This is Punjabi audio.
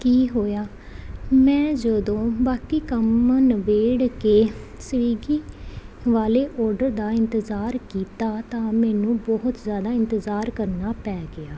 ਕੀ ਹੋਇਆ ਮੈਂ ਜਦੋਂ ਬਾਕੀ ਕੰਮ ਨਿਬੇੜ ਕੇ ਸਵੀਗੀ ਵਾਲੇ ਔਡਰ ਦਾ ਇੰਤਜ਼ਾਰ ਕੀਤਾ ਤਾਂ ਮੈਨੂੰ ਬਹੁਤ ਜ਼ਿਆਦਾ ਇੰਤਜ਼ਾਰ ਕਰਨਾ ਪੈ ਗਿਆ